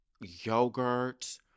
yogurt